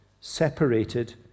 separated